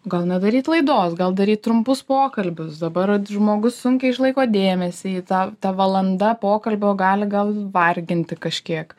gal nedaryt laidos gal daryt trumpus pokalbius dabar žmogus sunkiai išlaiko dėmesį į tą ta valanda pokalbio gali gal varginti kažkiek